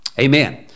Amen